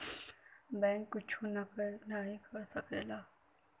bank कुच्छो नाही कर सकेला